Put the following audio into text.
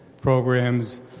programs